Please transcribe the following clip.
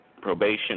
probation